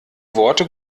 worte